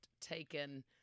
taken